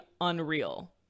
unreal